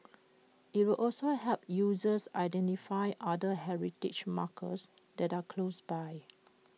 IT will also help users identify other heritage markers that are close by